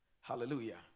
hallelujah